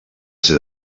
ser